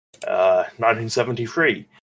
1973